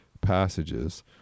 passages